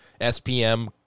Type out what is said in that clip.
SPM